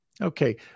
Okay